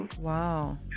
Wow